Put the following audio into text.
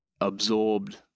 absorbed